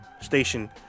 station